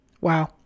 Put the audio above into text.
wow